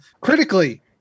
Critically